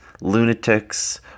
Lunatics